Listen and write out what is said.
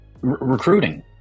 Recruiting